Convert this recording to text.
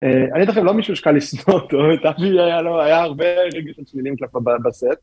אני דווקא לא מישהו שקל לשנוא אותו היה הרבה רגעים שליליים כלפי בסט.